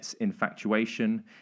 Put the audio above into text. infatuation